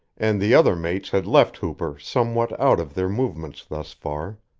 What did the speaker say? and the other mates had left hooper somewhat out of their movements thus far.